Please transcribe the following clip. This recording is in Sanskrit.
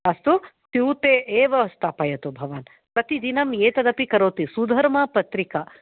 अस्तु स्तूते एव स्थापयतु भवान् प्रतिदिनम् एतदपि करोति सुधर्मा पत्रिका